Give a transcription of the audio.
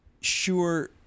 sure